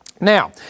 Now